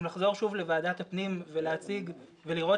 אם נחזור שוב לוועדת הפנים להציג ולראות